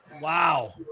Wow